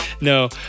no